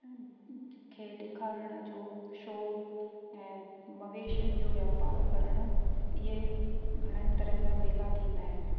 खे ॾेखारण जो शो ऐं मवेशियुंन जो वापार करण इहे घणन तरहनि जा मेला थींदा आहिनि